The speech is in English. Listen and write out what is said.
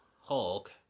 Hulk